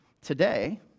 today